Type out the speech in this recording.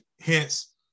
hence